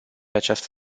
această